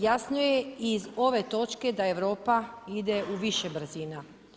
Jasno je iz ove točke da Europa ide u više brzina.